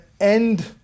end